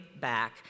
back